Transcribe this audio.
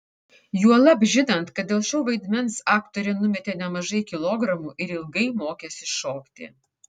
juolab žinant kad dėl šio vaidmens aktorė numetė nemažai kilogramų ir ilgai mokėsi šokti